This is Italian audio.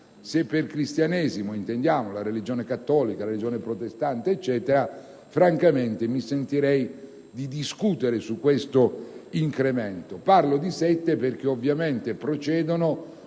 se per Cristianesimo si intende la religione cattolica o quella protestante, francamente mi sentirei di discutere su questo incremento. Parlo di sette perché naturalmente procedono